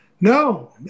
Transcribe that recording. No